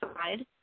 side